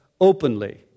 openly